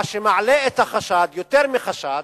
מה שמעלה את החשד, יותר מחשד,